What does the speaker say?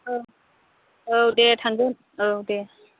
औ औ दे थांगोन औ दे